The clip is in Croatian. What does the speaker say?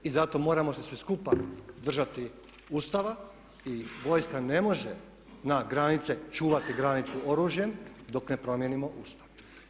I zato moramo se svi skupa držati Ustava i vojska ne može na granice čuvati granicu oružjem dok ne promijenimo Ustav.